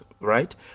right